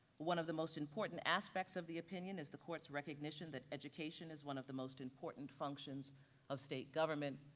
one of the most important aspects of the opinion is the courts recognition that education is one of the most important functions of state government,